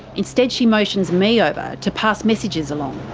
instead she motions me over to pass messages along.